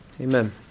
Amen